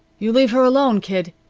you leave her alone, kid,